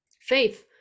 Faith